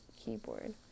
keyboard